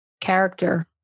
character